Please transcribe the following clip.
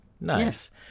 Nice